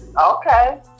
Okay